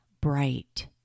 bright